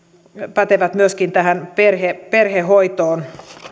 pätevät myöskin perhehoitoon